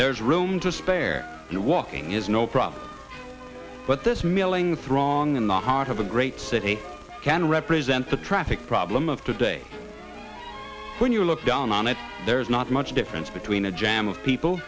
there's room to spare you walking is no problem but this milling throng in the heart of a great city can represent the traffic problem of today when you look down on it there's not much difference between a jam of people